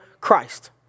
Christ